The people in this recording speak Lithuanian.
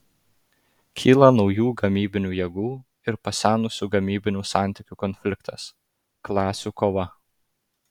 kyla naujų gamybinių jėgų ir pasenusių gamybinių santykių konfliktas klasių kova